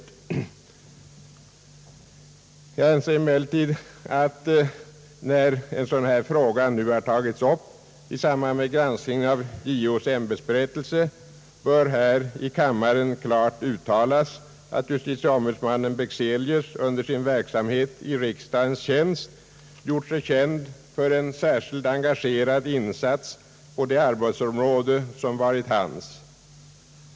När denna fråga nu har tagits upp i samband med granskningen av JO:s ämbetsberättelse anser jag emellertid att det bör klart uttalas här i kammaren, att justitieombudsman Bexelius under sin verksamhet i riksdagens tjänst gjort sig känd för en särskilt engagerad insats på det arbetsområde som varit hans.